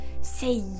Say